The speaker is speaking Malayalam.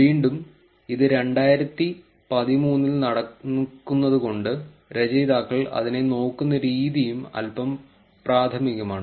വീണ്ടും ഇത് രണ്ടായിരത്തി പതിമൂന്നിൽ നടക്കുന്നത്കൊണ്ട് രചയിതാക്കൾ അതിനെ നോക്കുന്ന രീതിയും അല്പം പ്രാഥമികമാണ്